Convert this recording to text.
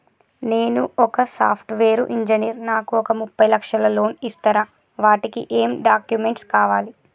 నేను ఒక software engineer నాకు ఒక ముప్పై లక్షల లోన్ ఇస్తరా? వాటికి ఏం డాక్యుమెంట్స్ కావాలి?